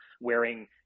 wearing